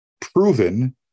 proven